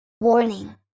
Warning